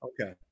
Okay